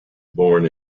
born